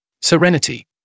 serenity